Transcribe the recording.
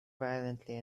violently